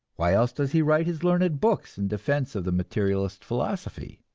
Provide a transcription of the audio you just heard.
why else does he write his learned books in defense of the materialist philosophy?